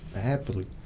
happily